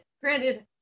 granted